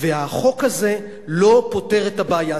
והחוק הזה לא פותר את הבעיה,